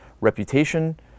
reputation